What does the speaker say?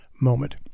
moment